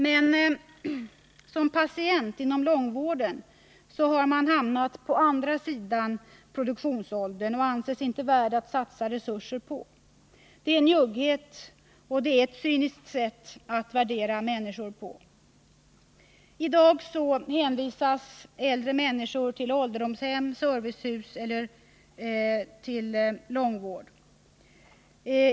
Men som patient inom långvården har man hamnat å andra sidan produktionsåldern och anses inte värd att satsa resurser på. Det är ett njuggt och cyniskt sätt att värdera människor på. I dag hänvisas äldre människor till ålderdomshem, servicehus eller långvård.